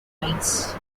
rights